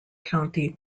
county